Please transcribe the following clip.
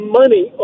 money